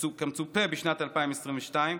כמצופה בשנת 2022,